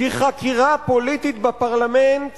כי חקירה פוליטית בפרלמנט